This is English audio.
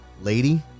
lady